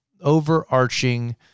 overarching